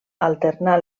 alternar